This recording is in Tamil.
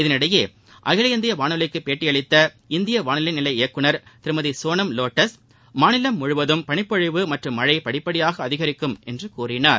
இதனிடையே அகில இந்திய வானொலிக்கு பேட்டி அளித்த இந்திய வானிலை நிலைய இயக்குநர் திருமதி கோனம் லோட்டஸ் மாநிலம் முழுவதும் பனிப்பொழிவு மற்றும் மழை படிப்படியாக அதிகரிக்கும் என்றார்